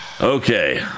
Okay